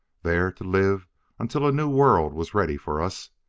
there to live until a new world was ready for us,